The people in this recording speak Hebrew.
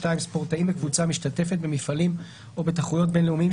ספורטאים מקבוצה המשתתפת במפעלים או בתחרויות בין- לאומיים,